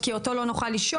כי אותו לא נוכל לשאול.